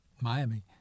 Miami